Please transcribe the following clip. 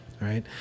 Right